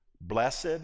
Blessed